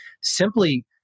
simply